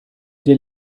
der